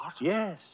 Yes